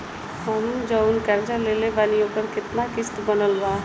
हम जऊन कर्जा लेले बानी ओकर केतना किश्त बनल बा?